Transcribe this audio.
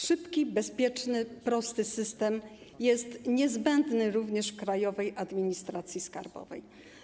Szybki, bezpieczny i prosty system jest niezbędny również w Krajowej Administracji Skarbowej.